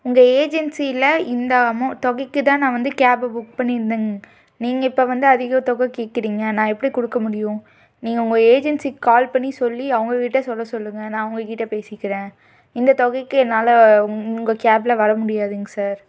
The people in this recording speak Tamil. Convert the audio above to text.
இந்த ஏஜென்சியில் இந்த அமௌண் தொகைக்கு தான் நான் வந்து கேபு புக் பண்ணியிருந்தேன் நீங்கள் இப்போ வந்து அதிக தொகை கேட்குறிங்க நான் எப்படி கொடுக்க முடியும் நீங்கள் உங்கள் ஏஜென்சிக்கு கால் பண்ணி சொல்லி அவங்க கிட்டே சொல்ல சொல்லுங்க நான் அவங்க கிட்டே பேசிக்கிறேன் இந்த தொகைக்கு என்னால் உங்கள் கேப்பில் வர முடியாதுங்க சார்